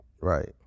Right